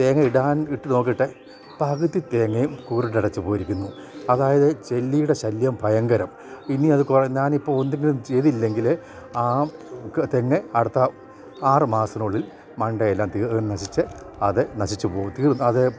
തേങ്ങ ഇടാൻ ഇട്ട് നോക്കിയിട്ട് പകുതി തേങ്ങയും കുരുടടച്ചു പോയിരിക്കുന്നു അതായത് ചെല്ലിയുടെ ശല്യം ഭയങ്കരം ഇനി അത് ഞാൻ ഇപ്പോൾ എന്തെങ്കിലും ചെയ്തില്ലെങ്കിൽ ആ തെങ്ങ് അടുത്ത ആറു മാസത്തിനുള്ളിൽ മണ്ടയെല്ലാം തീ നശിച്ചു അത് നശിച്ചു പോയി അത്